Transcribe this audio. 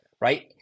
Right